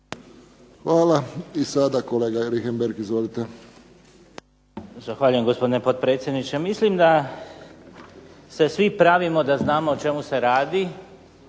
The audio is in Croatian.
Hvala. I sada kolega Richembergh. Izvolite.